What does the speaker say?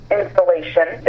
installation